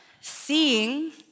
Seeing